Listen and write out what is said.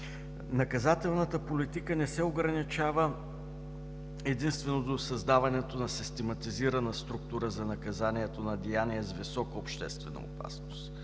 Наказателната политика не се ограничава единствено до създаването на систематизирана структура за наказанието на деяния с висока обществена опасност.